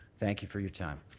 thank you for your time.